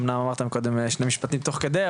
אומנם אמרת קודם שני משפטים תוך כדי,